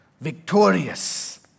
victorious